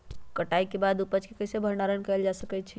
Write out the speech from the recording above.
कटाई के बाद उपज के कईसे भंडारण कएल जा सकई छी?